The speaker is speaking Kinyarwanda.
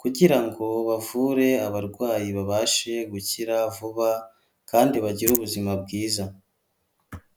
kugira ngo bavure abarwayi babashe gukira vuba, kandi bagire ubuzima bwiza.